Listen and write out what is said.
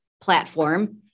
platform